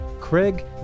Craig